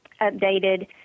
updated